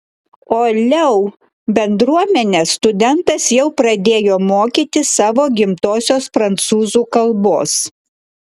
o leu bendruomenę studentas jau pradėjo mokyti savo gimtosios prancūzų kalbos